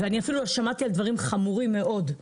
שמעתי אפילו על דברים חמורים מאוד,